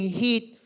heat